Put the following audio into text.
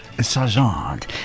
Sergeant